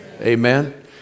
Amen